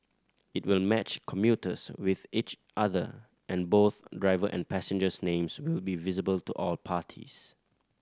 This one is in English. it will match commuters with each other and both driver and passengers names will be visible to all parties